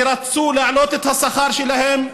כשרצו להעלות את השכר שלהם,